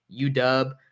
UW